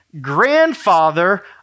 grandfather